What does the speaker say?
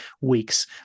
weeks